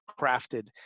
crafted